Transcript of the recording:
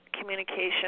communication